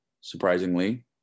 surprisingly